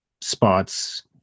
Spots